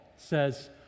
says